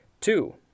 Two